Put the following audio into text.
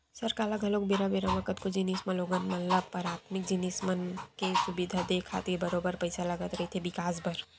सरकार ल घलो बेरा बेरा म कतको जिनिस म लोगन मन ल पराथमिक जिनिस मन के सुबिधा देय खातिर बरोबर पइसा लगत रहिथे बिकास बर